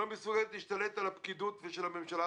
לא מסוגלת להשתלט על הפקידוּת הממשלתית,